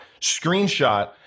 screenshot